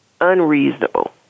unreasonable